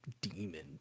demon